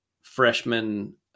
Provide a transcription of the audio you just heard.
freshman